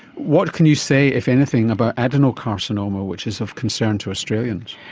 what can you say, if anything, about adenocarcinoma, which is of concern to australians?